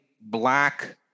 black